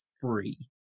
free